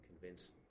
convinced